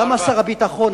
למה שר הביטחון,